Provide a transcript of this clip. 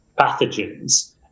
pathogens